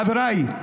חבריי,